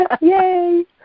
Yay